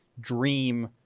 dream